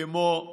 כמו הייטק,